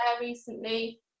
recently